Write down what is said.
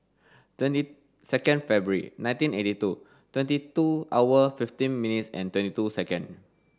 twenty second February nineteen eighty two twenty two hours fifteen minutes and twenty two seconds